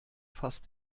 fast